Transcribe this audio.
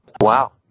Wow